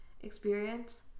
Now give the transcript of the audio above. experience